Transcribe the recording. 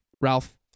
Ralph